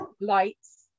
lights